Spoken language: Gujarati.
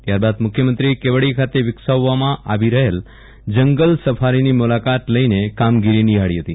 ત્યાર બાદ મુખ્યમંત્રીએ કેવડીયા ખાતે વિકસાવવામાં આવી રહેલ જંગલ સફારીની મુલાકાત લઈને કામગીરી નિહાળી હતી